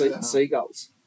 Seagulls